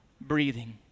breathing